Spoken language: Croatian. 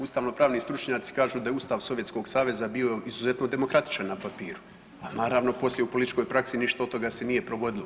Ustavno-pravni stručnjaci kažu da je ustav Sovjetskog Saveza bio izuzetno demokratičan na papiru, a naravno poslije u političkoj praksi ništa od toga se nije provodilo.